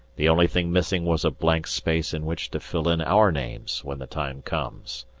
the only thing missing was a blank space in which to fill in our names when the time comes.